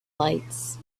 lights